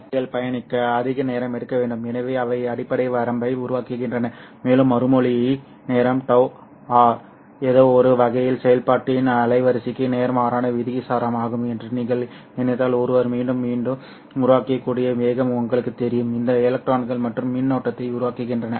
துளைகள் பயணிக்க அதிக நேரம் எடுக்க வேண்டும் எனவே அவை அடிப்படை வரம்பை உருவாக்குகின்றன மேலும் மறுமொழி நேரம் τR ஏதோவொரு வகையில் செயல்பாட்டின் அலைவரிசைக்கு நேர்மாறான விகிதாசாரமாகும் என்று நீங்கள் நினைத்தால் ஒருவர் மீண்டும் மீண்டும் உருவாக்கக்கூடிய வேகம் உங்களுக்குத் தெரியும் இந்த எலக்ட்ரான்கள் மற்றும் மின்னோட்டத்தை உருவாக்குகின்றன